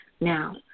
Now